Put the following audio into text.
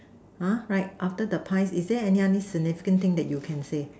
right after the pies is there any significant thing that you can see